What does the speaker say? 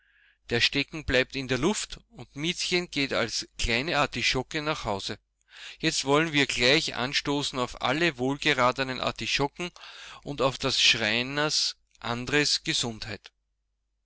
der stecken bleibt in der luft und miezchen geht als kleine artischocke nach hause jetzt wollen wir gleich anstoßen auf alle wohlgeratenen artischocken und auf des schreiners andres gesundheit